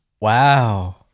wow